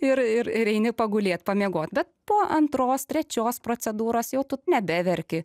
ir ir ir eini pagulėt pamiegot bet po antros trečios procedūros jau nebeverki